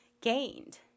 gained